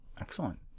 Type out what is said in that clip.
Excellent